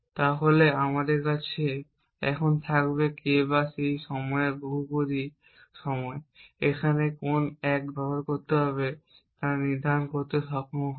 তাহলে আমাদের কাছে এখন থাকবে K বার সেই সময়ের বহুপদী সময় এখানে কোন 1 ব্যবহার করতে হবে তা নির্ধারণ করতে সক্ষম হবে